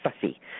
fussy